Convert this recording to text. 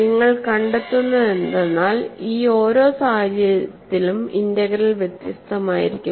നിങ്ങൾ കണ്ടെത്തുന്നതെന്തെന്നാൽ ഈ ഓരോ സാഹചര്യത്തിലും ഇന്റഗ്രൽ വ്യത്യസ്തമായിരിക്കും